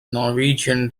norwegian